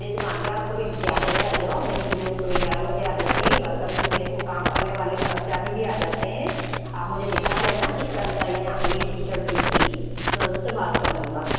मेरी दुकान पर आप सुबह ग्यारह बजे आ जाओ मेरी सुबह ग्यारह बजे आ जाती है वर्कर भी मेरे काम करने वाले कर्मचारी भी आ जाते हैं आप मुझे दिखा देना किस कर्मचारी ने आपको यह टी शर्ट दी थी मैं उससे बात कर लूंगा